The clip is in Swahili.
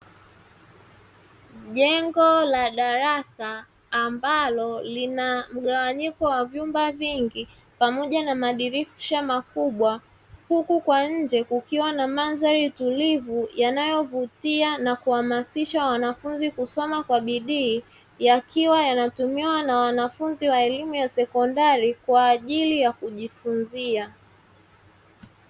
Jengo la darasa ambalo lina mgawanyiko wa vyumba vingi, pamoja na madirisha makubwa, huku kwa nje kukiwa na mazingira tulivu yanayovutia na kuhamasisha wanafunzi kusoma kwa bidii, yakiwa yanatumiwa na wanafunzi wa elimu ya sekondari kwa ajili ya kujifunzia.